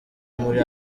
muri